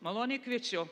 maloniai kviečiu